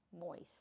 moist